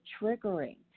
triggering